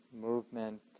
movement